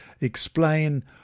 explain